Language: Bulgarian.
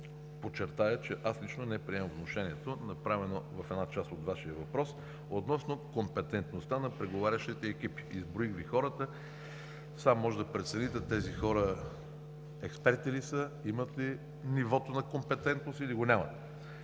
подчертая, че аз лично не приемам внушението направено в една част от Вашия въпрос – относно компетентността на преговарящите екипи. Изброих Ви хората – сам можете да прецените тези хора експерти ли са, имат ли нивото на компетентност, или го нямат.